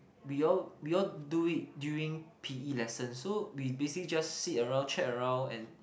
we all we all do it during p_e lessons so we basically just sit around chat around and